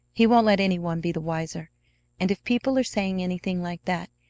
he won't let any one be the wiser and, if people are saying anything like that,